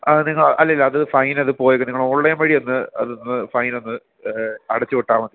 ആ നിങ്ങൾ അല്ലല്ല അത് ഫൈൻ അത് പോയത് നിങ്ങൾ ഓൺലൈൻ വഴിയൊന്ന് അതൊന്ന് ഫൈനൊന്ന് അടച്ച് വിട്ടാൽ മതി